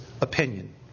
opinion